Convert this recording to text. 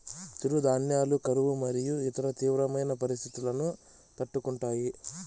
చిరుధాన్యాలు కరువు మరియు ఇతర తీవ్రమైన పరిస్తితులను తట్టుకుంటాయి